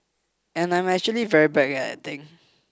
and I'm actually very bad at acting